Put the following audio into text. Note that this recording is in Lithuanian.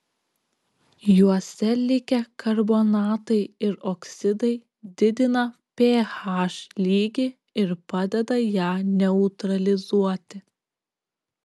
juose likę karbonatai ir oksidai didina ph lygį ir padeda ją neutralizuoti